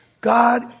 God